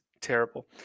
terrible